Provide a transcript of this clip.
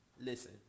Listen